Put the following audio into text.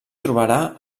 trobarà